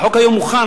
החוק היום מוכן.